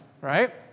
right